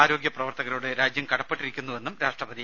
ആരോഗ്യപ്രവർത്തകരോട് രാജ്യം കടപ്പെട്ടിരിക്കുന്നുവെന്നും രാഷ്ട്രപതി